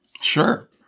Sure